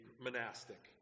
monastic